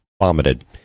vomited